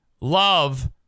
love